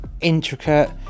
intricate